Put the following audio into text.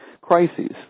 crises